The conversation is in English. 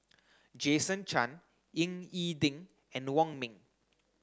Jason Chan Ying E Ding and Wong Ming